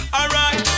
Alright